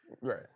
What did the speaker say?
Right